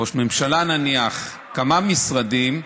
ראש הממשלה, נניח כמה משרדים,